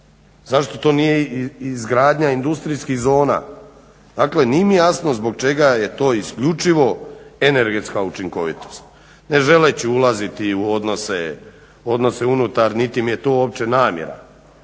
Zašto to nije izgradnja industrijskih zona? Dakle, nije mi jasno zbog čega je to isključivo energetska učinkovitost. Ne želeći ulaziti u odnose unutar, niti mi je to uopće namjera